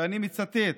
ואני מצטט: